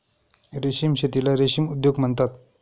रेशीम शेतीला रेशीम उद्योग म्हणतात